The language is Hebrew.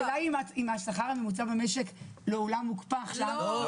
השאלה היא אם השכר הממוצע במשק לעולם מוקפא עכשיו,